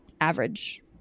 average